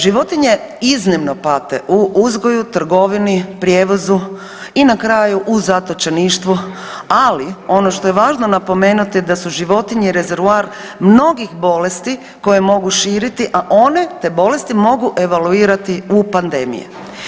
Životinje iznimno pate u uzgoju, trgovini, prijevozu i na kraju u zatočeništvu, ali ono što je važno napomenuti da su životinje rezervoar mnogih bolesti koje mogu širiti, a one te bolesti mogu evaluirati u pandemiji.